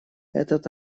этот